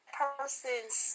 person's